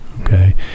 okay